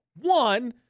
One